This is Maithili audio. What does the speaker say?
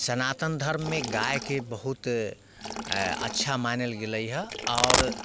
सनातन धर्ममे गायके बहुत अच्छा मानल गेलै हे आओर